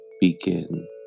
begin